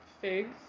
Figs